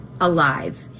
alive